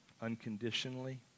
unconditionally